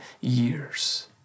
years